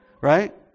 Right